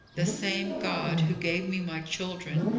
the same god who gave me my children,